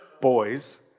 boys